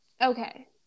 Okay